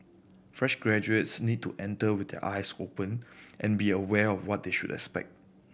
fresh graduates need to enter with their eyes open and be aware of what they should expect